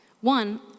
One